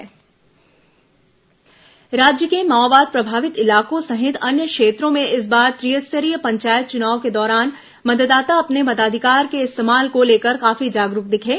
पंचायत चुनाव आयोग राज्य के माओवाद प्रभावित इलाकों सहित अन्य क्षेत्रों में इस बार त्रिस्तरीय पंचायत चुनाव के दौरान मतदाता अपने मताधिकार के इस्तेमाल को लेकर काफी जागरूक दिखे